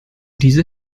diese